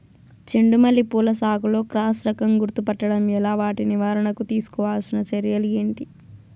చెండు మల్లి పూల సాగులో క్రాస్ రకం గుర్తుపట్టడం ఎలా? వాటి నివారణకు తీసుకోవాల్సిన చర్యలు ఏంటి?